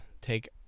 take